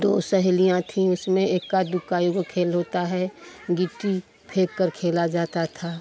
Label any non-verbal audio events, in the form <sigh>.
दो सहेलियाँ थीं उसमें एक्का दुक्का <unintelligible> खेल होता है गिट्टी फेंककर खेला जाता था